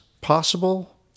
possible